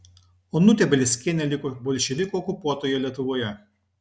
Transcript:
onutė bielskienė liko bolševikų okupuotoje lietuvoje